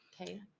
okay